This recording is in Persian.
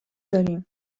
داریم